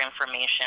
information